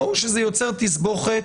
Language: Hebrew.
ראו שזה יוצר תסבוכת